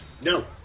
no